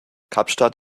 kapstadt